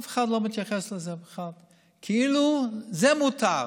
אף אחד לא מתייחס לזה בכלל, כאילו זה מותר.